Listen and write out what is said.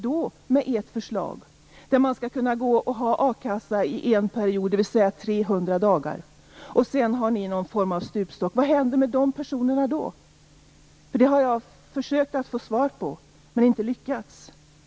Enligt ert förslag skall man kunna gå på a-kassa under en period, dvs. 300 dagar, och därefter föreslår ni någon form av stupstock. Vad händer med dessa personer efter de 300 dagarna? Det har jag försökt att få svar på men inte lyckats.